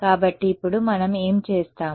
కాబట్టి ఇప్పుడు మనం ఏమి చేస్తాము